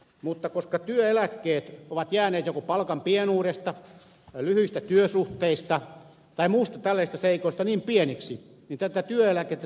mutta koska työeläkkeet ovat jääneet joko palkan pienuudesta lyhyistä työsuhteista tai muista tällaisista seikoista johtuen niin pieniksi tätä työeläkettä täydennetään kansaneläkkeellä